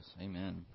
amen